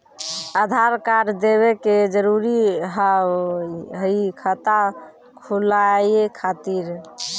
आधार कार्ड देवे के जरूरी हाव हई खाता खुलाए खातिर?